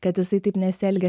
kad jisai taip nesielgia